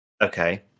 Okay